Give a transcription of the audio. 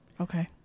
Okay